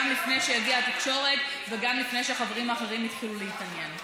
גם לפני שהגיעה התקשורת וגם לפני שהחברים האחרים התחילו להתעניין.